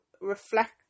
reflect